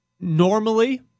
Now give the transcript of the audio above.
normally